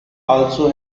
also